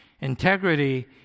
Integrity